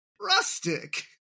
Rustic